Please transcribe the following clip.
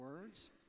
words